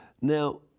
NOW